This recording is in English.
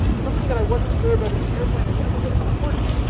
something that i wasn't clear about in the airplane example, but it's important,